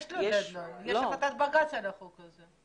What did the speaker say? יש לו דד-ליין, יש החלטת בג"ץ על החוק הזה.